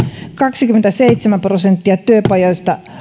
kaksikymmentäseitsemän prosenttia työpajoista